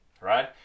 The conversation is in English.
right